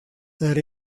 that